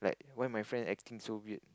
why my friend acting so weird